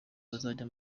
bazajya